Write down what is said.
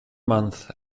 month